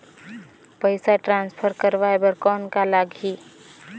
पइसा ट्रांसफर करवाय बर कौन का लगही?